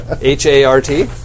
H-A-R-T